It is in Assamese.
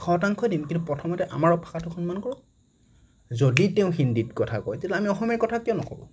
এশ শতাংশই দিম কিন্তু প্ৰথমতে আমাৰ ভাষাটোক সন্মান কৰক যদি তেওঁ হিন্দীত কথা কয় তেতিয়াহ'লে আমি অসমীয়াত কথা কিয় নক'ব